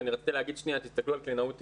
ואני רציתי להגיד שנייה תסתכלו על קלינאות תקשורת,